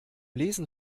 lesen